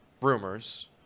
rumors